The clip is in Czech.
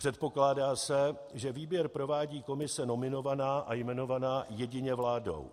Předpokládá se, že výběr provádí komise nominovaná a jmenovaná jedině vládou.